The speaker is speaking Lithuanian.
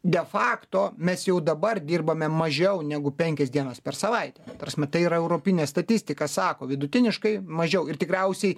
de fakto mes jau dabar dirbame mažiau negu penkias dienas per savaitę ta prasme tai yra europinė statistika sako vidutiniškai mažiau ir tikriausiai